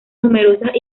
numerosas